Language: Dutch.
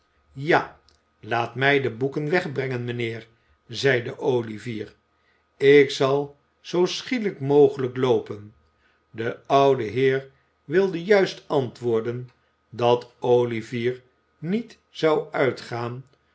ja laat mij de boeken wegbrengen mijnheer zeide olivier ik zal zoo schielijk mogelijk loopen de oude heer wilde juist antwoorden dat olivier niet zou uitgaan